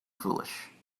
foolish